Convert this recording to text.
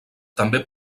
també